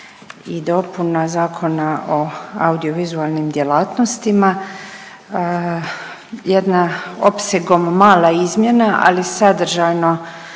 Hvala